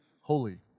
holy